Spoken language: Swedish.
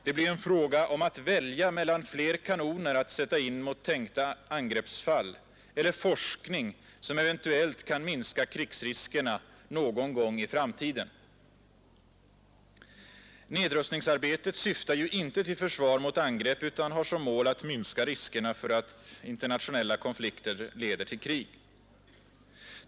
Det blir en fråga om att välja mellan fler kanoner att sätta in mot tänkta angreppsfall eller forskning som eventuellt kan minska krigsriskerna någon gång i framtiden. Nedrustningsarbetet syftar ju inte till försvar mot angrepp utan har som mål att minska riskerna för att internationella konflikter leder till krig.